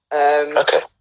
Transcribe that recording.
Okay